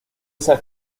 esa